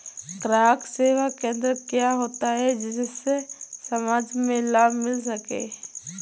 ग्राहक सेवा केंद्र क्या होता है जिससे समाज में लाभ मिल सके?